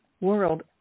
world